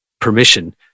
permission